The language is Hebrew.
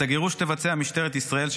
את הגירוש תבצע משטרת ישראל,